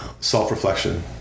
self-reflection